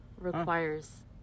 requires